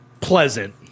pleasant